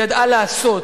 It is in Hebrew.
היא ידעה לעשות,